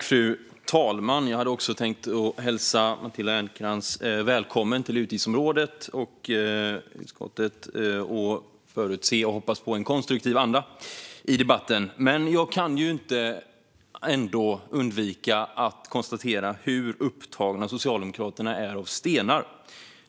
Fru talman! Jag hade också tänkt hälsa Matilda Ernkrans välkommen till utgiftsområdet och utskottet, och jag hade förutsett och hoppats på en konstruktiv anda i debatten. Men jag kan inte undvika att konstatera hur upptagna Socialdemokraterna är av stenar.